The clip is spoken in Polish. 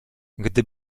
gdy